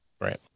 Right